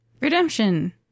Redemption